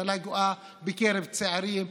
אבטלה גואה בקרב צעירים,